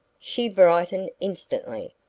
she brightened instantly.